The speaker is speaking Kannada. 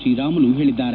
ಶ್ರೀರಾಮುಲು ಹೇಳಿದ್ದಾರೆ